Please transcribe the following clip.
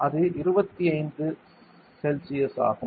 அது 25 செல்சியஸ் ஆகும்